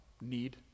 need